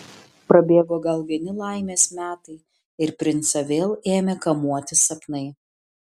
prabėgo gal vieni laimės metai ir princą vėl ėmė kamuoti sapnai